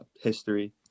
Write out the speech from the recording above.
history